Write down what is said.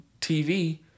TV